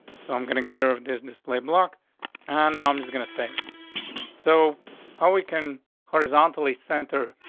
so i'm gonna get her of business play block on now. i'm just gonna say so how we can horizontally center,